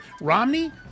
Romney